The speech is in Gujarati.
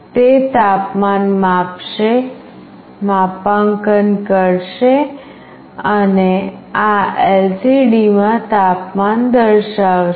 તેથી તે તાપમાનને માપશે માપાંકન કરશે અને આ LCD માં તાપમાન દર્શાવશે